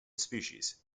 species